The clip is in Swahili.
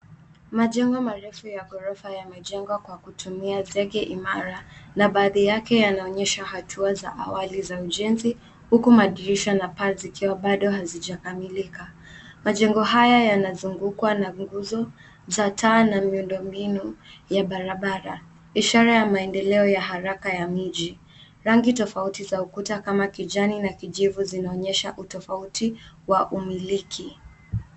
Majengo marefu ya ghorofa yamejengwa kutumia zege imara, na baadhi yake yanaonyesha hatua za awali za ujenzi huku madirisha na paa zikiwa bado hazijakamilika. Majengo haya yanazungukwa na nguzo za taa na miundombinu ya barabara ishara ya maendeleo ya haraka ya mji. Rangi tofauti za ukuta kama kijani na kijivu zinaonyesha utofauti wa umiliki.